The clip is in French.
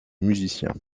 musiciens